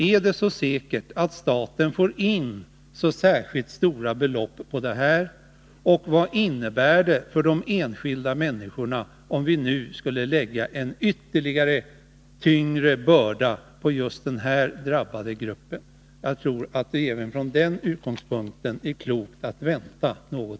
Är det så säkert att staten får in så stora belopp genom den här ändringen? Vad innebär det för de enskilda människorna, om vi nu lägger ytterligare en tung börda på just denna drabbade grupp? Jag tror att det även från denna utgångspunkt är klokt att vänta något.